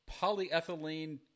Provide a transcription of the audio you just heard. Polyethylene